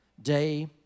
Day